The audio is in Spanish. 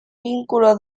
vínculo